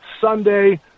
Sunday